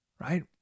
Right